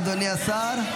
אדוני השר,